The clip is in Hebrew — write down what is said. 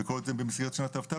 וכל זה במסגרת שנת האבטלה,